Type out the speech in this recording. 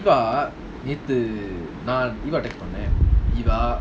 நேத்துநான்தீபாவீட்டுக்குவந்தேன்:nethuthan deepa veetuku poitu vandhen